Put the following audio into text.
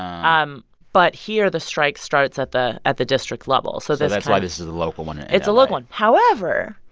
um but here, the strike starts at the at the district level. so. so that's why this is a local one in la it's a local one. however,